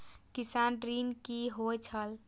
किसान ऋण की होय छल?